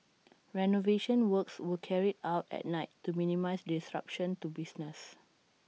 renovation works were carried out at night to minimise disruption to business